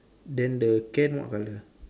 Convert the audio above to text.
then the can what colour